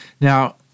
Now